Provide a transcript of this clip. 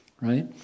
right